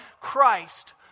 Christ